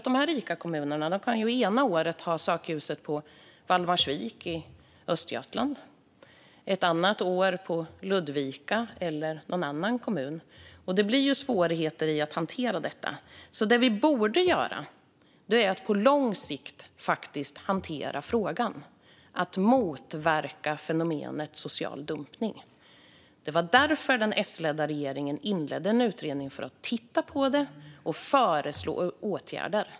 De rika kommunerna kan ju ett år ha sökljuset på Valdemarsvik i Östergötland och ett annat år på Ludvika eller någon annan kommun. Det blir svårigheter med att hantera detta. Det vi borde göra är att på lång sikt hantera frågan om att motverka fenomenet social dumpning. Det var därför den S-ledda regeringen inledde en utredning för att titta på detta och föreslå åtgärder.